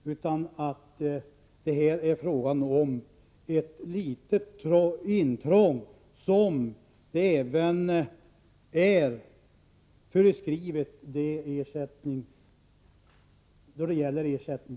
Här är det fråga om ett litet intrång, och det finns också föreskrifter när det gäller ersättning.